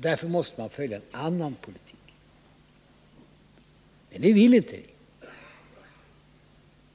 Vi måste därför föra en annan politik, men det vill inte ni.